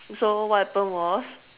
so what happened was